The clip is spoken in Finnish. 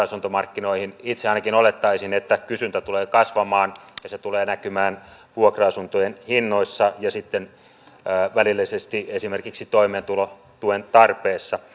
itse ainakin olettaisin että kysyntä tulee kasvamaan ja se tulee näkymään vuokra asuntojen hinnoissa ja sitten välillisesti esimerkiksi toimeentulotuen tarpeessa